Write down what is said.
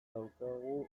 daukagu